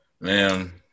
Man